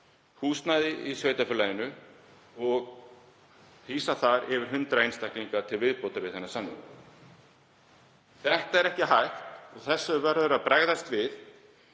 húsnæði í sveitarfélaginu og hýsa þar yfir 100 einstaklinga til viðbótar við þennan samning. Það er ekki hægt og við þessu verður að bregðast.